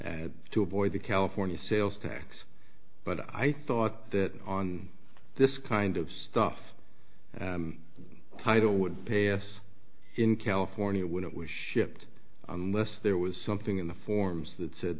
and to avoid the california sales tax but i thought that on this kind of stuff title would pay us in california when it was shipped unless there was something in the forms that said